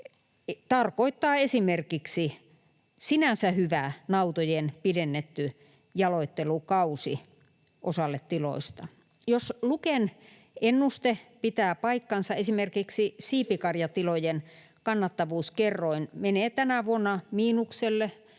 tarkoittaa esimerkiksi sinänsä hyvä nautojen pidennetty jaloittelukausi osalle tiloista. Jos Luken ennuste pitää paikkansa, esimerkiksi siipikarjatilojen kannattavuuskerroin menee tänä vuonna miinukselle,